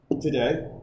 today